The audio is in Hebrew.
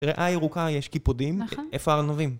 בריאה ירוקה יש קיפודים, איפה הארנבים?